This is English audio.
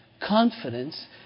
Confidence